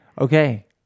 Okay